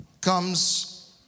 comes